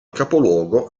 capoluogo